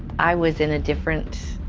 i was in a different,